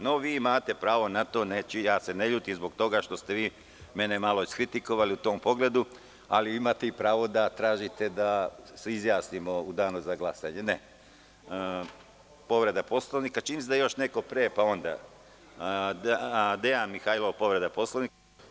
No, vi imate pravo na to i ja se ne ljutim zbog toga što ste vi mene malo iskritikovali u tom pogledu, ali imate i pravo da tražite da se izjasnimo u danu za glasanje. (Ne) Reč ima narodni poslanik Dejan Mihajlov, povreda Poslovnika.